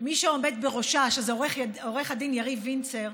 שמי שעומד בראשה, עו"ד יריב וינצר,